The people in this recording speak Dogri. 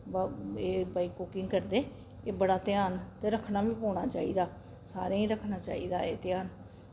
ब एह् भई कुकिंग करदे एह् बड़ा ध्यान ते रक्खना बी पौना चाहिदा सारें ई रक्खना चाहिदा एह् ध्यान